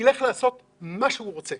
שילך לעשות מה שהוא רוצה